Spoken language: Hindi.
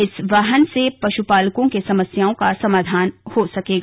इस वाहन से पशुपालकों के समस्याओं का समाधान हो सकेगा